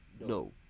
No